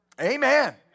Amen